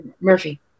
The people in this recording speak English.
murphy